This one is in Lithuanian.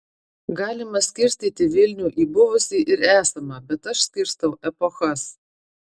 galima skirstyti vilnių į buvusį ir esamą bet aš skirstau epochas